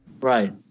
Right